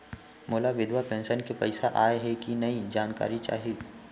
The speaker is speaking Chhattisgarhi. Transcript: मोला विधवा पेंशन के पइसा आय हे कि नई जानकारी चाही?